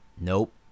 Nope